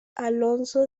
alonso